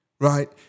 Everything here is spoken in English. right